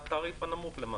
לתעריף הנמוך?